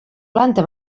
planta